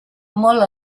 molt